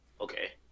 Okay